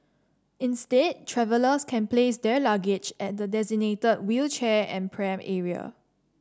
instead travellers can place their luggage at the designated wheelchair and pram area